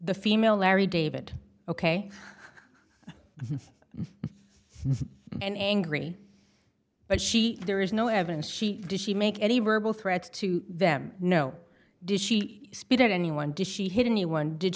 the female larry david ok and angry but she there is no evidence she did she make any verbal threats to them no does she spit at anyone did she hit anyone did